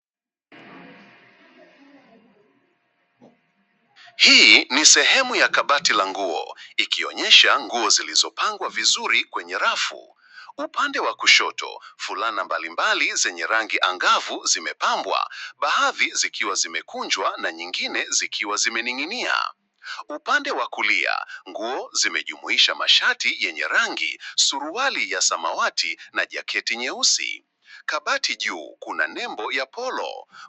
Hii ni sehemu ya kabati la nguo, ikionyesha nguo zilizopangwa vizuri kwenye rafu. Upande wa kushoto, fulana mbalimbali zenye rangi angavu zimepambwa, baadhi zikiwa zimekunjwa na nyingine zikiwa zimening'inia. Upande wa kulia, nguo zimejumuisha mashati yenye rangi, suruali ya samawati na jaketi nyeusi. Kabati juu, kuna nembo ya polo.